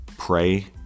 Pray